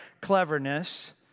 cleverness